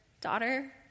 Daughter